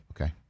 Okay